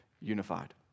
unified